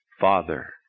Father